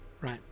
right